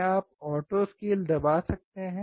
क्या आप auto scale दबा सकते हैं